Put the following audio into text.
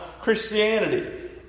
Christianity